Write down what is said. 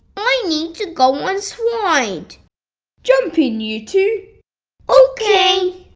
i need to go on slide jump in you two ok!